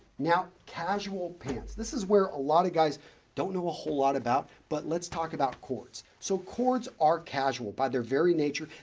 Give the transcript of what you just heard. now, casual pants. this is where a lot of guys don't know a whole lot about, but let's talk about cords. so, cords are casual by their very nature,